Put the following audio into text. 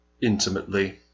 intimately